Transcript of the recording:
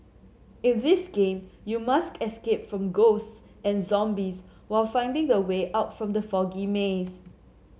in this game you must escape from ghosts and zombies while finding the way out from the foggy maze